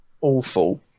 awful